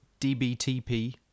DBTP